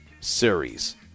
Series